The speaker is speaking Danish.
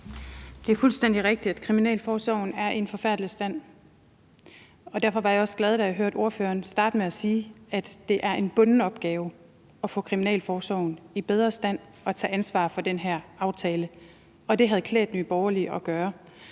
Det er fuldstændig rigtigt, at kriminalforsorgen er i en forfærdelig stand, og derfor var jeg også glad, da jeg hørte ordføreren starte med at sige, at det er en bunden opgave at få kriminalforsorgen i bedre stand og tage ansvar for den her aftale. Og det havde klædt Nye Borgerlige at gøre.